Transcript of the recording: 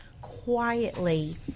quietly